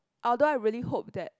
although I really hope that